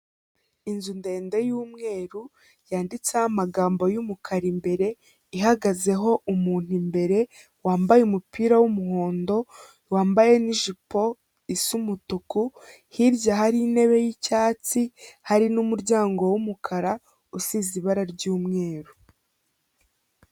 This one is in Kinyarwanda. Inzu ndende y'umweru yanditseho amagambo y'umukara imbere ihagazeho umuntu imbere wambaye umupira w'umuhondo wambaye n'ijipo isa umutuku, hirya hari intebe y'icyatsi hari n'umuryango w'umukara usize ibara ry'umweru.